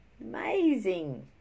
Amazing